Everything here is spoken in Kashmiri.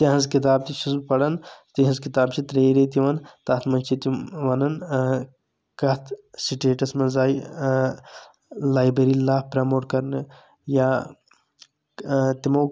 تِۂنٛز کِتابہٕ تہِ چھُس بہٕ پران تِہنٛز کِتاب چھ ترٛیٚیہِ ریٚتہِ یِوان تَتھ منٛز چھ تِم ونان کتھ سِٹیٹس منٛز آیہِ لایبریری لا پروموٹ کرنہٕ یا تِمو